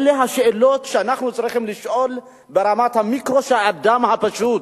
אלה השאלות שאנחנו צריכים לשאול ברמת המיקרו של האדם הפשוט,